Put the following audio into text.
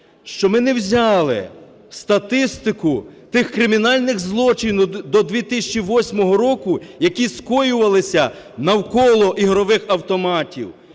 що ми не взяли статистику тих кримінальних злочинів до 2008 року, які сколювалися навколо ігрових автоматів